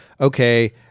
okay